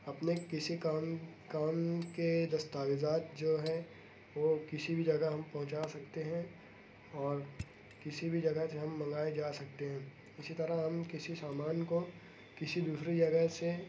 اپنے کسی کام کام کے دستاویزات جو ہیں وہ کسی بھی جگہ ہم پہنچا سکتے ہیں اور کسی بھی جگہ سے ہم منگائے جا سکتے ہیں اسی طرح ہم کسی سامان کو کسی دوسرے جگہ سے